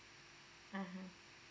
mmhmm